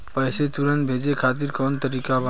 पैसे तुरंत भेजे खातिर कौन तरीका बा?